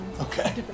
Okay